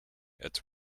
its